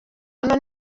hano